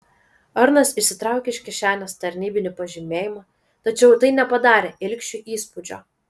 arnas išsitraukė iš kišenės tarnybinį pažymėjimą tačiau tai nepadarė ilgšiui įspūdžio